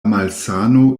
malsano